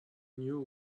knew